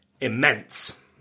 Immense